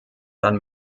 dann